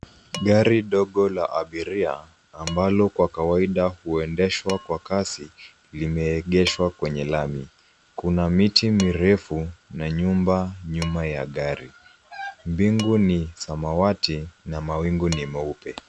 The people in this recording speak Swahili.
Gari ndogo la abiria, ambalo kwa kawaida huendeshwa kwa kasi, limeegeshwa kwenye lami, kuna miti mirefu na nyumba nyuma ya gari. Mbingu ni samawati na mawingu ni meupe.